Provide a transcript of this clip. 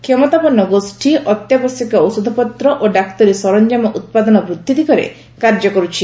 କ୍ଷମତାପନ୍ନ ଗୋଷ୍ଠୀ ଅତ୍ୟାବଶ୍ୟକ ଔଷଧପତ୍ ଓ ଡାକ୍ତରୀ ସରଞ୍ଜାମ ଉତ୍ପାଦନ ବୃଦ୍ଧି ଦିଗରେ କାର୍ଯ୍ୟ କରୁଛି